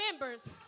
members